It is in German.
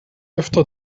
öfter